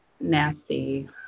nasty